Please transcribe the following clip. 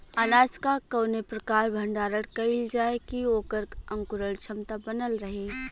अनाज क कवने प्रकार भण्डारण कइल जाय कि वोकर अंकुरण क्षमता बनल रहे?